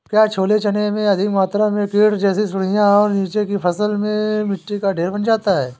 क्या छोले चने में अधिक मात्रा में कीट जैसी सुड़ियां और नीचे की फसल में मिट्टी का ढेर बन जाता है?